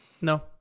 No